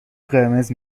قرمز